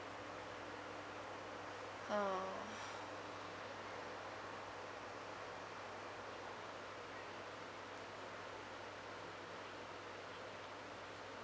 uh